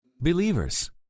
Believers